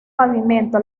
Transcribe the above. pavimento